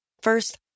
First